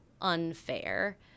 unfair